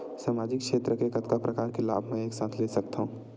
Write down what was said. सामाजिक क्षेत्र के कतका प्रकार के लाभ मै एक साथ ले सकथव?